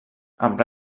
amb